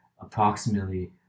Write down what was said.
approximately